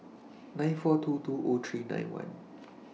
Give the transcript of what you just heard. nine four two two O three nine one